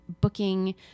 booking